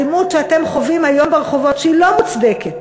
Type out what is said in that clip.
האלימות שאתם חווים היום ברחובות שהיא לא מוצדקת,